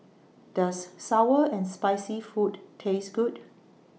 Does Sour and Spicy Food Taste Good